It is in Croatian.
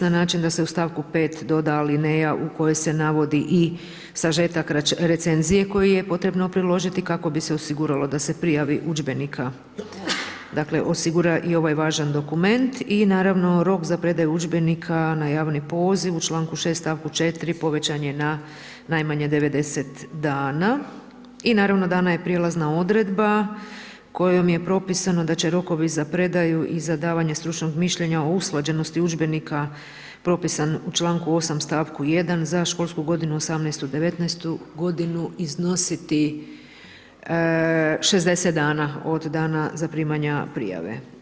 na način da se u stavku 5. doda alineja u kojoj se navodi sažetak recenzije koji je potrebno priložiti kako bi se osiguralo da se prijavi udžbenika osigura i ovaj važan dokument i naravno, rok za predaju udžbenika na javni poziv u članku 6. stavku 4. povećan je na najmanje 90 dana i naravno dana je prijelazna odredba kojom je propisano da će rokovi za predaju i za davanje stručnog mišljenja o usklađenosti udžbenika propisan u članku 8. stavku 1. za školsku godinu 2018./2019. g. iznositi 60 dana od dana zaprimanja prijave.